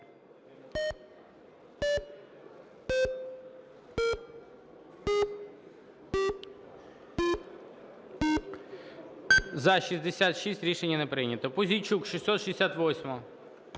За-66 Рішення не прийнято. Пузійчук, 668-а.